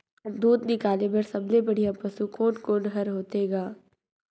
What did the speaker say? दूध निकाले बर सबले बढ़िया पशु कोन कोन हर होथे ग?